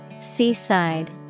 Seaside